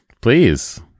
Please